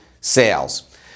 sales